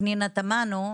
פנינה תמנו,